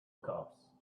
cups